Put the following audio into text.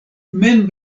mem